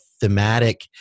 thematic